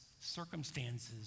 circumstances